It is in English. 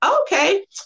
okay